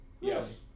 Yes